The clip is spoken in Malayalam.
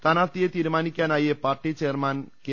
സ്ഥാനാർത്ഥിയെ തീരുമാനിക്കാനായി പാർട്ടി ചെയർമാൻ കെ